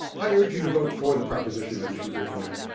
i urge you to vote for the proposition at issue here tonight.